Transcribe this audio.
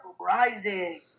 Rising